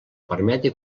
permeti